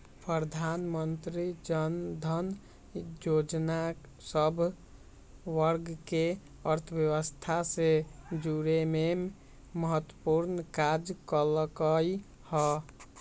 प्रधानमंत्री जनधन जोजना सभ वर्गके अर्थव्यवस्था से जुरेमें महत्वपूर्ण काज कल्कइ ह